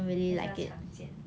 也是要长见